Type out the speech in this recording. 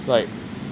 like